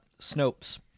Snopes